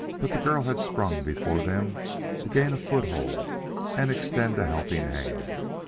but the girl had sprung before them to gain a foothold and extend a helping hand.